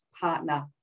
partner